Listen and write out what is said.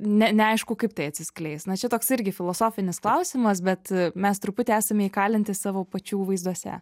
ne neaišku kaip tai atsiskleis na čia toks irgi filosofinis klausimas bet mes truputį esame įkalinti savo pačių vaizduose